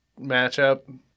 matchup